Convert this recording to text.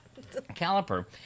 caliper